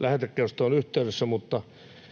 lähetekeskustelun yhteydessä, mutta